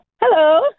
Hello